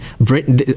Britain